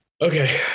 Okay